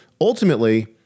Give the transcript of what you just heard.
Ultimately